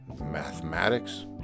mathematics